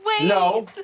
No